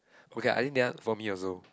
okay I think that one for me also